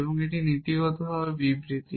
এখন এটি নীতিগতভাবে বিবৃতি